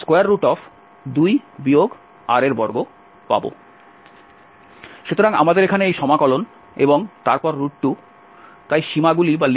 সুতরাং আমাদের এখানে এই সমাকলন এবং তারপর 2 তাই সীমাগুলি স্পষ্ট